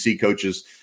coaches